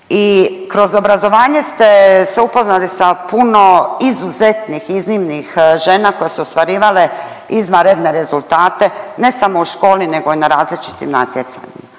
kroz obrazovanje ste se upoznali sa puno izuzetnih i iznimnih žena koje su ostvarivale izvanredne rezultate ne samo u školi nego i na različitim natjecanjima